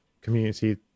community